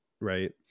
right